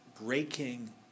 breaking